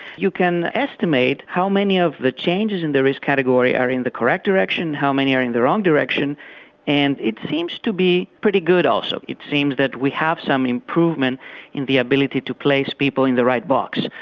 you can estimate how many of the changes in the risk category are in the correct direction, how many are in the wrong direction and it seems to be pretty good also. it seems that we have some improvement in the ability to place people in the right box.